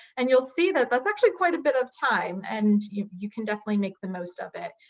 and you'll see that that's actually quite a bit of time, and you you can definitely make the most of it,